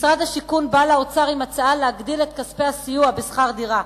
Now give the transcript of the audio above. משרד השיכון בא לאוצר בהצעה להגדיל את כספי הסיוע בשכר דירה.